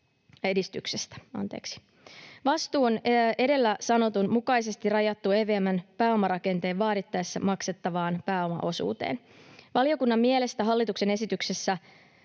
edistyksestä. Vastuu on edellä sanotun mukaisesti rajattu EVM:n pääomarakenteen vaadittaessa maksettavaan pääomaosuuteen. Valiokunnan mielestä hallituksen esityksessä